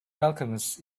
alchemist